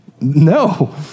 No